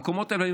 במקומות האלה,